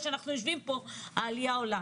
מאוד,